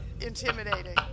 intimidating